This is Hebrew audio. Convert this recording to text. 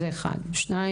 שנית,